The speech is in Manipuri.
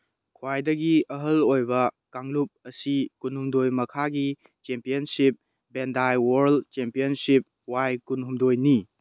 ꯈ꯭ꯋꯥꯏꯗꯒꯤ ꯑꯍꯜ ꯑꯣꯏꯕ ꯀꯥꯡꯂꯨꯞ ꯑꯁꯤ ꯀꯨꯟꯍꯨꯝꯗꯣꯏ ꯃꯈꯥꯒꯤ ꯆꯦꯝꯄꯤꯌꯟꯁꯤꯞ ꯕꯦꯟꯗꯥꯏ ꯋꯥꯔꯜ ꯆꯦꯝꯄꯤꯌꯟꯁꯤꯞ ꯋꯥꯏ ꯀꯨꯟꯍꯨꯝꯗꯣꯏꯅꯤ